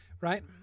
right